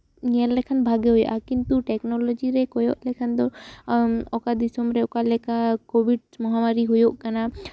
ᱧᱮᱞ ᱞᱮᱠᱷᱟᱱ ᱵᱷᱟᱜᱮ ᱦᱩᱭᱩᱜᱼᱟ ᱠᱤᱱᱛᱩ ᱴᱮᱠᱱᱳᱞᱚᱡᱤ ᱨᱮ ᱠᱚᱭᱚᱜ ᱞᱮᱠᱷᱟᱱ ᱫᱚ ᱚᱠᱟ ᱫᱤᱥᱚᱢ ᱨᱮ ᱚᱠᱟ ᱞᱮᱠᱟ ᱠᱳᱵᱷᱤᱰ ᱢᱚᱦᱟᱢᱟᱨᱤ ᱦᱳᱭᱳᱜ ᱠᱟᱱᱟ